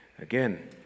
Again